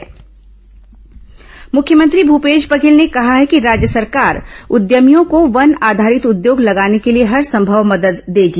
मुख्यमंत्री वन उद्योग मुख्यमंत्री भूपेश बधेल ने कहा है कि राज्य सरकार उद्यमियों को वन आधारित उद्योग लगाने के लिए हरसंभव मदद देगी